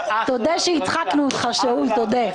שאול,